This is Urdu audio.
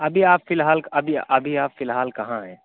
ابھی آپ فی الحال ابھی ابھی آپ فی الحال کہاں ہیں